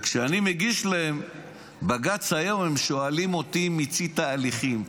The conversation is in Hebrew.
וכשאני מגיש להם בג"ץ היום הם שואלים אותי: מיצית הליכים?